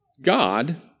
God